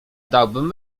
dałby